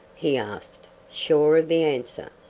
he asked, sure of the answer.